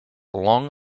long